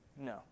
No